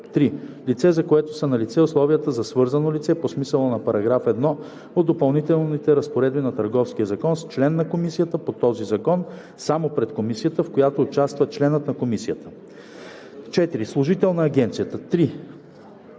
3. лице, за което са налице условията за свързано лице по смисъла на § 1 от Допълнителните разпоредби на Търговския закон с член на комисия по този закон – само пред комисията, в която участва членът на комисията; 4. служител на агенцията.“